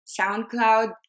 SoundCloud